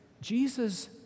Jesus